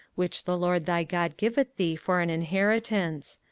which the lord thy god giveth thee for an inheritance,